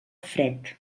fred